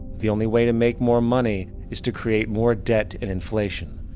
the only way to make more money is to create more debt and inflation.